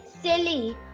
silly